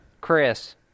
Chris